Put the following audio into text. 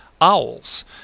owls